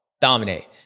Dominate